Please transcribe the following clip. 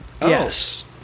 Yes